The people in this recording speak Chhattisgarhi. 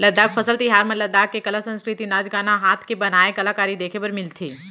लद्दाख फसल तिहार म लद्दाख के कला, संस्कृति, नाच गाना, हात ले बनाए कलाकारी देखे बर मिलथे